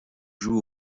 joue